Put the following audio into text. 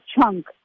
chunk